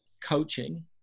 coaching